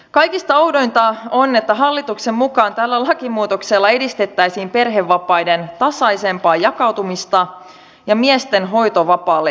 kaikista oudointa on että hallituksen mukaan tällä lakimuutoksella edistettäisiin perhevapaiden tasaisempaa jakautumista ja miesten hoitovapaalle jäämistä